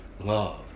Love